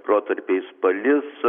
protarpiais palis